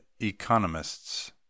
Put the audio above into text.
economists